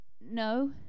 No